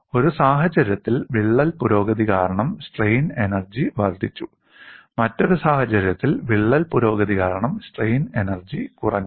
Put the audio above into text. ഒരു സാഹചര്യത്തിൽ വിള്ളൽ പുരോഗതി കാരണം സ്ട്രെയിൻ എനർജി വർദ്ധിച്ചു മറ്റൊരു സാഹചര്യത്തിൽ വിള്ളൽ പുരോഗതി കാരണം സ്ട്രെയിൻ എനർജി കുറഞ്ഞു